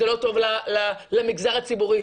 זה לא טוב למגזר הציבורי,